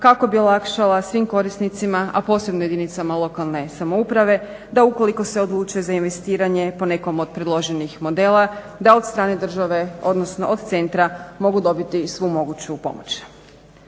kako bi olakšala svim korisnicima a posebno jedinicama lokalne samouprave, da ukoliko se odluče za investiranje po nekom od predloženih modela, da od strane države, odnosno od centra mogu dobiti svu moguću pomoć.